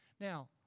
Now